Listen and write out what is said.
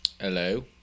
Hello